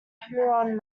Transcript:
huron